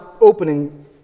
opening